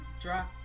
drop